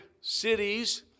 cities